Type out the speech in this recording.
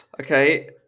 Okay